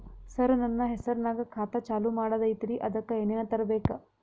ಸರ, ನನ್ನ ಹೆಸರ್ನಾಗ ಖಾತಾ ಚಾಲು ಮಾಡದೈತ್ರೀ ಅದಕ ಏನನ ತರಬೇಕ?